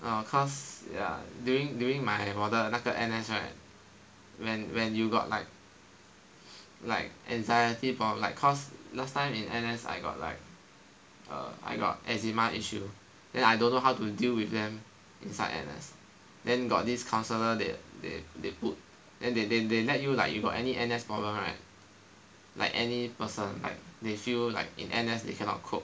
err cause ya during during my 我的那个 N_S right when when you got like like anxiety about like cause last time in N_S I got like err I got eczema issue then I don't know how to deal with them inside N_S then got this counseller they they they put and they they they let you like you got any N_S problem right like any person like they feel like in N_S they cannot cope